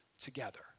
together